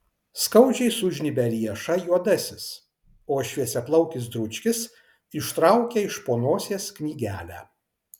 skaudžiai sužnybia riešą juodasis o šviesiaplaukis dručkis ištraukia iš po nosies knygelę